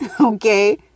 okay